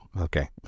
okay